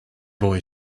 boy